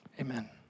amen